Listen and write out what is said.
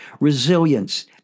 resilience